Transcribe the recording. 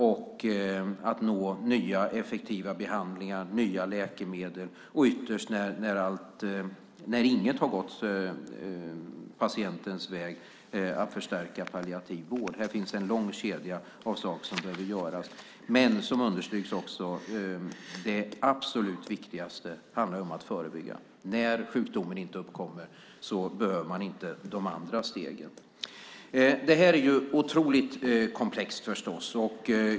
Det handlar om att nå nya effektiva behandlingar, nya läkemedel och ytterst när inget har gått patientens väg att förstärka palliativ vård. Här finns en lång kedja av saker som behöver göras. Men det absolut viktigaste, som också understryks, är att förebygga. När sjukdomen inte uppkommer behöver man inte de andra stegen. Det är otroligt komplext.